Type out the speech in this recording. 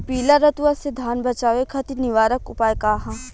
पीला रतुआ से धान बचावे खातिर निवारक उपाय का ह?